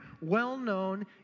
well-known